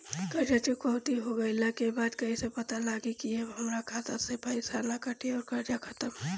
कर्जा चुकौती हो गइला के बाद कइसे पता लागी की अब हमरा खाता से पईसा ना कटी और कर्जा खत्म?